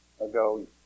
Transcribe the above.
ago